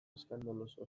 eskandaloso